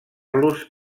los